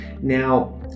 Now